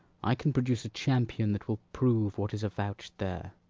i can produce a champion that will prove what is avouched there.